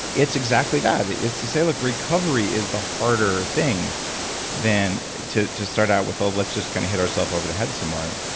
it's exactly that. is to say, like recovery is the harder thing than to to start out with, let's just kind of hit ourselves over the head some more.